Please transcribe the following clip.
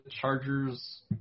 Chargers